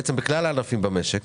בעצם בכלל הענפים במשק.